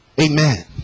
Amen